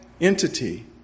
entity